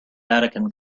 vatican